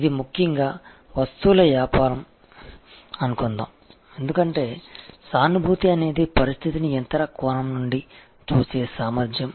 ఇది ముఖ్యంగా వస్తువుల వ్యాపారం అనుకుందాం ఎందుకంటే సానుభూతి అనేది పరిస్థితిని ఇతర కోణం నుండి చూసే సామర్ధ్యం